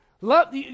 Love